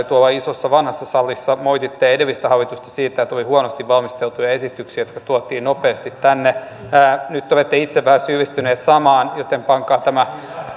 tuolla isossa vanhassa salissa moititte edellistä hallitusta siitä että oli huonosti valmisteltuja esityksiä jotka tuotiin nopeasti tänne nyt te olette itse vähän syyllistynyt samaan joten pankaa tämä